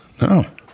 No